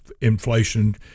inflation